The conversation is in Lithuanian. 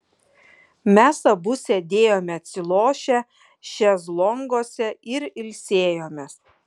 mes abu sėdėjome atsilošę šezlonguose ir ilsėjomės